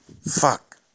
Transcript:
Fuck